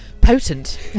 potent